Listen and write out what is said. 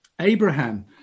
Abraham